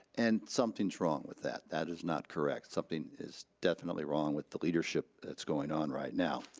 and something's wrong with that. that is not correct. something is definitely wrong with the leadership that's going on right now.